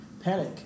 panic